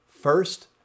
First